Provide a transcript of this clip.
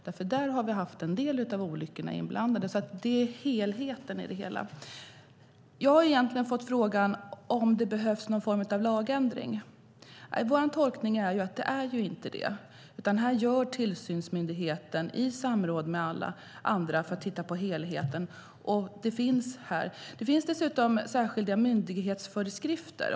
Det har nämligen lett till en del olyckor. Man måste alltså se till helheten. Jag har fått frågan om det behövs någon form av lagändring. Vår tolkning är att det inte behövs det, utan här avgör tillsynsmyndigheten i samråd med alla andra. Det finns dessutom särskilda myndighetsföreskrifter.